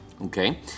okay